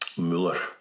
Mueller